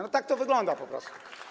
No tak to wygląda po prostu.